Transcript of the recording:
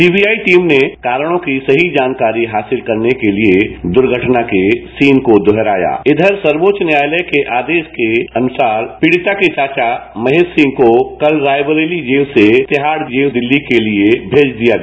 CBI team ने कारणों की सही जानकारी हासिल करने के लिए दुर्घटना के सीन को दोहराया एधर सर्वोच्च न्यायालय के आदेश के अनुसार पीड़िता के चाचा महेश सिंह को कल रायबरेली जेल से तिहाड़ जेल दिल्ली के लिए भेज दिया गया